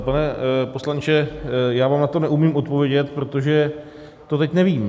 Pane poslanče, já vám na to neumím odpovědět, protože to teď nevím.